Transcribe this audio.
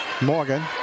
Morgan